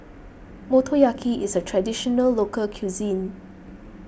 Motoyaki is a Traditional Local Cuisine